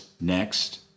next